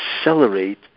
accelerate